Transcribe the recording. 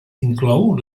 inclou